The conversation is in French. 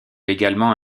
également